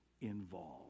involved